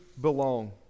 belong